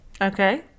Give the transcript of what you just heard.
Okay